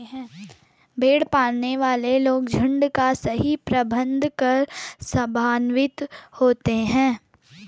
भेड़ पालने वाले लोग झुंड का सही प्रबंधन कर लाभान्वित होते हैं